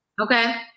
Okay